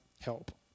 help